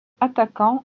attaquant